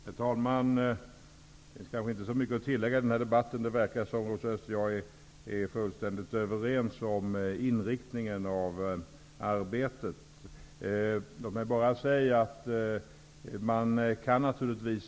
Herr talman! Det finns kanske inte särskilt mycket att tillägga i denna debatt. Rosa Östh och jag verkar vara fullständigt överens om inriktningen av det här arbetet.